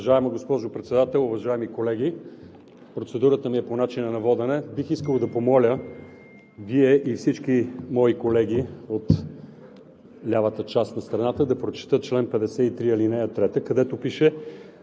Уважаема госпожо Председател, уважаеми колеги! Процедурата ми е по начина на водене. Бих искал да помоля Вие и всички мои колеги от лявата част на залата да прочетат чл. 53, ал. 3, където пише,